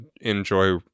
enjoy